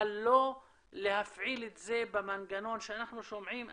אבל לא להפעיל את זה במנגנון שאנחנו שומעים.